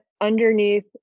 underneath